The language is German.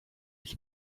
ich